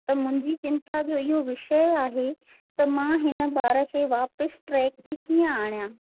त मुंहिंजी चिंता जो इहो विषय आहे त मां हिन ॿार खे वापसि ट्रैक ते कीअं आणियां